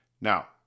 Now